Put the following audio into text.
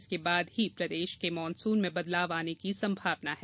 इसके बाद ही प्रदेश के मॉनसून में बदलाव आने की संभावना है